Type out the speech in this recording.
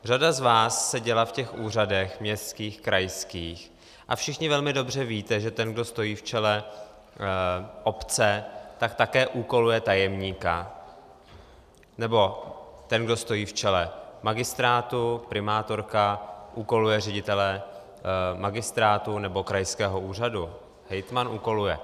Řada z vás seděla v těch úřadech městských, krajských a všichni velmi dobře víte, že ten, kdo stojí v čele obce, tak také úkoluje tajemníka, nebo ten, kdo stojí v čele magistrátu, primátorka, úkoluje ředitele magistrátu nebo krajského úřadu, hejtman úkoluje.